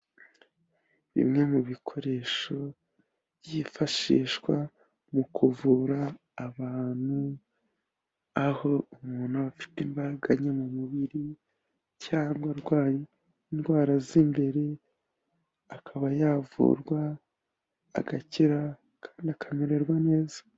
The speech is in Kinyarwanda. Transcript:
Bimwe mu bikoresho byifashishwa mu kuvura abantu, aho umuntu aba afite imbaraga nke mu mubiri cyangwa arwaye indwara z'imbere, akaba yavurwa agakira kandi akamererwa neza.